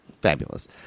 Fabulous